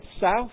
south